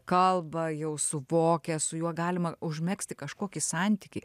kalba jau suvokia su juo galima užmegzti kažkokį santykį